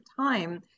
time